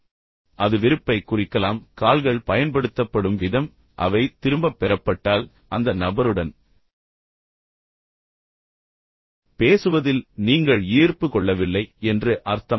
ஆனால் அது வெறுப்பைக் குறிக்கலாம் கால்கள் பயன்படுத்தப்படும் விதம் அவை திரும்பப் பெறப்பட்டால் அந்த நபருடன் பேசுவதில் நீங்கள் உண்மையில் ஈர்ப்பு கொள்ளவில்லை என்று அர்த்தம்